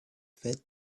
fed